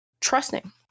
trusting